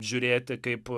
žiūrėti kaip